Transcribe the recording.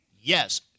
Yes